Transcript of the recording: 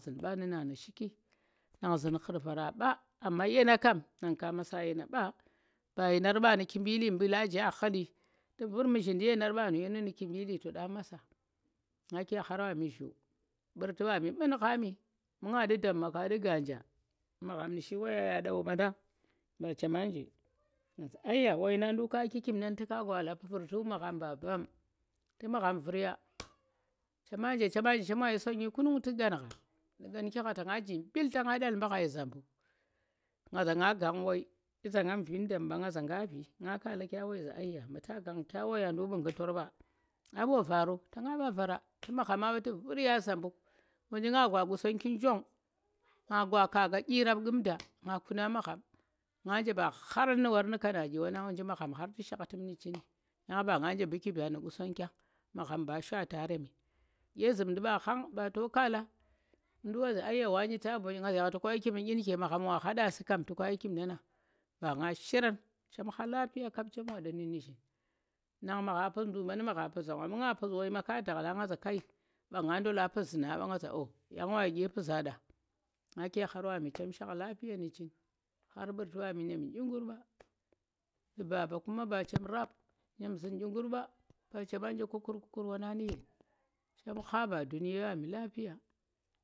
da nu nana shi ki nang zu̱n ghurvanung ɓa, amma yeena kam nang ka masa yeena ɓa ba yeenar ɓa nu̱ kimɓili mɓa laaji aa ghu̱nli tu̱ vu̱r muzhindi yeenar ɓanu yenu nu̱ kimɓili to nɗu̱ masa na ke khar wami zhu̱u̱ mɓu̱rti wami nu̱m khami mu̱ nga nɗu̱ ndaam ma ka nɗi ngganja magham nu̱ shi woye ya anɗau wandang mba chema nje nga za aiya wainang ndu̱k ka yi kikimndan tu̱ ka gwa alam vu̱rti wa magham ba mbam, tu magham vu̱r sonyi kunung tu̱ ƙangha, nu̱ ƙanghi gha tanga ji mbil ta nga dhal mbu ghai zambu̱k nga za nga gang wai iza ngam vin ndu̱m mɓa nga za ka vi nga kala kya wai za aiya muta gang kya wanyang ndu̱k wu khu̱lor ɓa aa mɓo varo ta nga ɓa varo tu̱ maghamma ɓa tu̱ vu̱rya zabu̱k, wonji nga gwa Qusonggi njong nga gwa kaaga ɗyirap ƙu̱m da nga kuna magham nga nje ba kharang nu̱ wor nu̱ kana ɗyi wanang wonji hartu magham shakhtim nu̱ chini yang ba nga nje mɓu̱ kiɓang nu̱ Qusongggyang magham ba shwata remi ɗye zu̱mndi ɓa khang ba ta kaala mu ndu̱k wa zhizha aiya wane ta mbonye nga za aiya toka yi kima ɗyi nu̱ke magham wa hada su̱ kam to ka yi kikimnda mba nga shirang chem kha lapiya kap chem waɗa nu̱ nu̱zhin nang nagha mpu̱s ndu̱k ɓa nu̱ magha mpu zhang wa mu nga mpu̱s wor mang ka ndakhla nga za kai bang nga ndola mpuzhu̱nang ɓa nga o, yang wa yi ɗye mpuzha nɗa nake khar wami chem shakh lapiya mu ching khar mɓu̱ ti mɓami ɗyem yi ɗyi nggur ɓa nu̱ baba kuma ba chem rap ɗyem zu̱n ɗyikur ɓa ba chema nje kukur kukur wanang nu̱ yen chem kha ba dunye mbami lapiya.